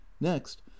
next